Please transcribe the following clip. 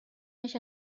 eix